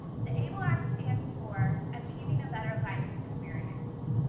the able act stands for achieving a better life experience.